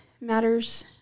matters